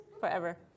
forever